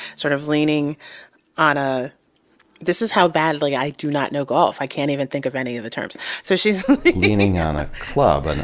sort of leaning on a this is how badly i do not know golf, i can't even think of any of the terms. so she's leaning on a club, and